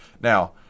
Now